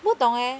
不懂 eh